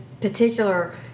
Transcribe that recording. particular